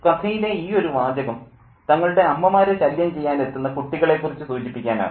കഥയിലെ ഈ ഒരു വാചകം തങ്ങളുടെ അമ്മമാരെ ശല്യം ചെയ്യാൻ എത്തുന്ന കുട്ടികളെക്കുറിച്ച് സൂചിപ്പിക്കാനാണ്